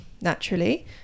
naturally